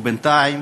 בינתיים,